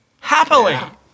Happily